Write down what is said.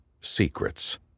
secrets